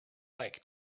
like